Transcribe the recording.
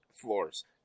floors